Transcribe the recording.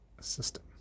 system